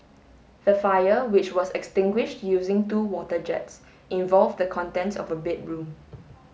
the fire which was extinguished using two water jets involved the contents of a bedroom